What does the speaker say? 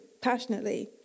passionately